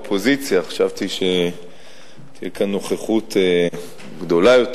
צירוף שרים לממשלה ושינויים בחלוקת התפקידים בממשלה.